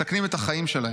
מסכנים את החיים שלהם.